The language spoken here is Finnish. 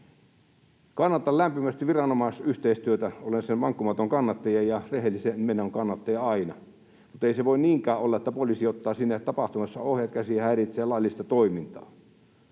Kannatan lämpimästi viranomaisyhteistyötä. Olen sen vankkumaton kannattaja ja rehellisen menon kannattaja aina, mutta ei se voi niinkään olla, että poliisi ottaa siinä tapahtumassa ohjat käsiin ja häiritsee laillista toimintaa.